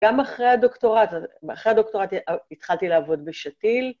גם אחרי הדוקטורט, אחרי הדוקטורט התחלתי לעבוד בשתיל.